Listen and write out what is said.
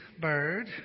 Bird